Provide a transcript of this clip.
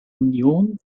union